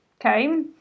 okay